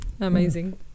amazing